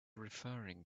referring